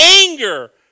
anger